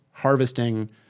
Harvesting